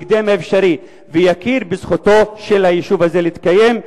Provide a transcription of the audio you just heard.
בהקדם האפשרי ויכיר בזכותו של היישוב הזה להתקיים,